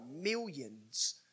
millions